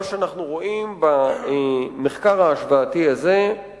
מה שאנחנו רואים במחקר ההשוואתי הזה הוא